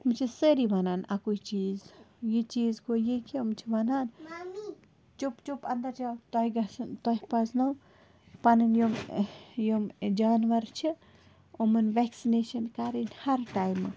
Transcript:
یِم چھِ سٲری وَنان اَکُے چیٖز یہِ چیٖز گوٚو یہِ کہِ یِم چھِ وَنان چُپ چُپ انٛدَر جاو تۄہہِ گَژھُن تۄہہِ پَزنَو پَنٕنۍ یِم یِم جانوَر چھِ یِمَن ویٚکسِنیشَن کَرٕنۍ ہَرٕ ٹایمہٕ